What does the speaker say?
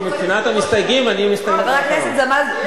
מבחינת המסתייגים, אני מסתייג אחרון.